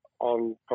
on